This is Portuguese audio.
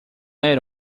era